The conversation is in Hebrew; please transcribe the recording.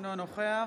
אינו נוכח